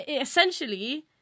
essentially